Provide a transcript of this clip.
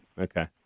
Okay